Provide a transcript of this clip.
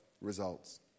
results